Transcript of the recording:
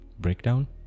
breakdown